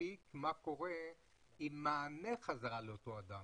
מספיק מה קורה עם מענה חזרה לאותו אדם.